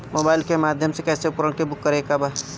Mobile के माध्यम से कैसे उपकरण के बुक करेके बा?